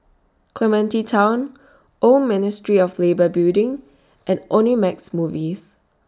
Clementi Town Old Ministry of Labour Building and Omnimax Movies